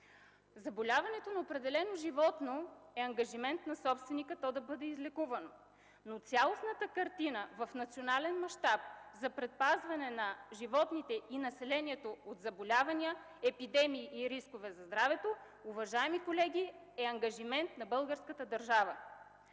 Заболяването на определено животно е ангажимент на собственика, за да бъде излекувано то. Но цялостната картина в национален мащаб за предпазване на животните и населението от заболявания, епидемии и рискове за здравето, уважаеми колеги, е ангажимент на българската държава.